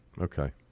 Okay